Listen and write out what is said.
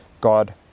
God